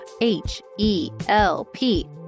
H-E-L-P